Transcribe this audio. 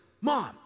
Mom